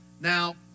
Now